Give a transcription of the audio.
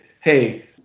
hey